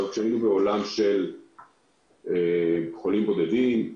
כשהיינו בעולם של חולים בודדים,